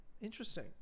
Interesting